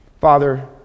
Father